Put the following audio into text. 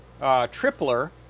tripler